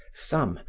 some,